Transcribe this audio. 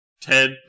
ted